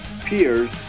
peers